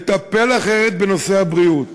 לטפל אחרת בנושא הבריאות.